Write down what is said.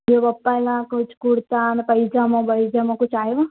ॿियो पप्पा लाइ कुझु कुरिता न पैजामो बयजामो कुझु आयुव